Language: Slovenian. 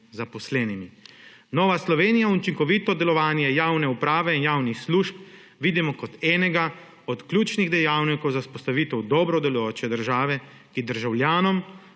zaposlenimi. Nova Slovenija učinkovito delovanje javne uprave, javnih služb, vidimo kot enega od ključnih dejavnikov za vzpostavitev dobro delujoče države, ki državljanom